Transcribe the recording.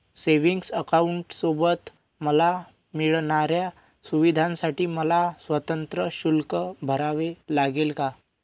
Savings अकाउंटसोबत मला मिळणाऱ्या सुविधांसाठी मला स्वतंत्र शुल्क भरावे लागेल का?